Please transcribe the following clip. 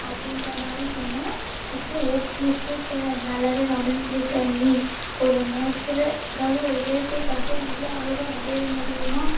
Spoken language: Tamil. அப்படின்ற மாதிரி சொன்னேன் அதுக்கப்புறம் ஓகே சூப்பர் நல்லாவே வரைஞ்சிருக்க நீ ஒரு நேச்சுரல் அதாவது ஒரு இயற்கை படத்தை இவ்வளோ அழகாக வரையமுடியுமா